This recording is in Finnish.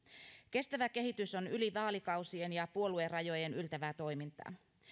kestävä kehitys on yli vaalikausien ja puoluerajojen yltävää toimintaa